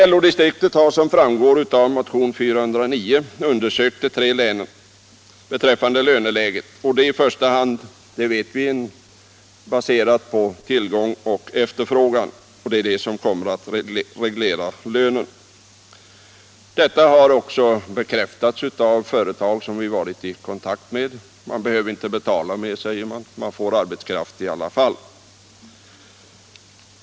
LO-distriktet har som framgår av motion 409 undersökt förhållandena i de tre länen. Vi vet att det i första hand är tillgång och efterfrågan på arbetskraft som reglerar löneläget. Detta har också bekräftats av företag som vi varit i kontakt med. Man behöver inte betala mer, säger man. Man får arbetskraft i alla fall.